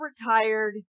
retired